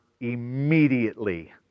immediately